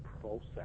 process